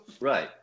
Right